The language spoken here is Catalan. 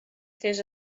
fes